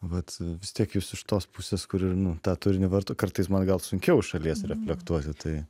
vat vis tiek jūs iš tos pusės kur ir nu tą turinį varto kartais man gal sunkiau iš šalies reflektuoti tai